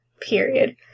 Period